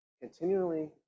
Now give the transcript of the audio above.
continually